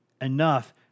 enough